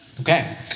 okay